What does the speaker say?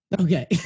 okay